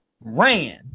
ran